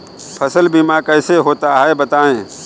फसल बीमा कैसे होता है बताएँ?